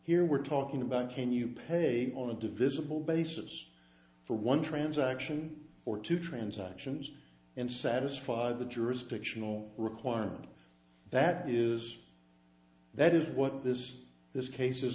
here we're talking about can you pay on a divisible basis for one transaction or two transactions and satisfy the jurisdictional requirement that is that is what this this case